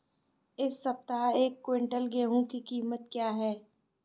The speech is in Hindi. इस सप्ताह एक क्विंटल गेहूँ की कीमत क्या है?